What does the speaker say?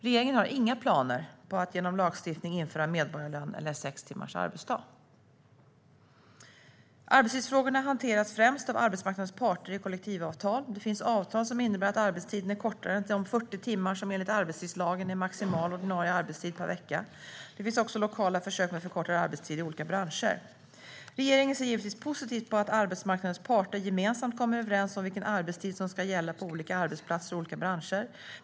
Regeringen har inga planer på att genom lagstiftning införa medborgarlön eller sex timmars arbetsdag. Arbetstidsfrågorna hanteras främst av arbetsmarknadens parter i kollektivavtal. Det finns avtal som innebär att arbetstiden är kortare än de 40 timmar som enligt arbetstidslagen är maximal ordinarie arbetstid per vecka. Det finns också lokala försök med förkortad arbetstid i olika branscher. Regeringen ser givetvis positivt på att arbetsmarknadens parter gemensamt kommer överens om vilken arbetstid som ska gälla på olika arbetsplatser och i olika branscher.